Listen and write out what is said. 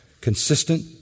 consistent